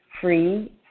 free